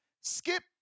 Skip